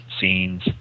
scenes